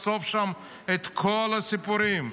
לחשוף שם את כל הסיפורים,